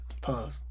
Pause